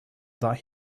that